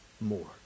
more